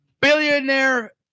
billionaire